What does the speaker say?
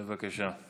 בבקשה.